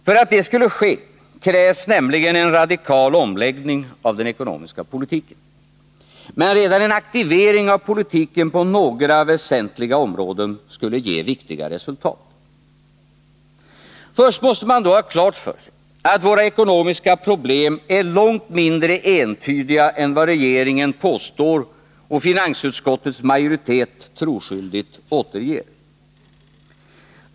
För att det skulle ske krävs nämligen en radikal omläggning av den ekonomiska politiken. Men redan en aktivering av politiken på några väsentliga områden skulle ge viktiga resultat. Först måste man då ha klart för sig att våra ekonomiska problem är långt mindre entydiga än vad regeringen påstår och vad finansutskottets majoritet troskyldigt återger.